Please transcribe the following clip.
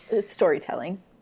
storytelling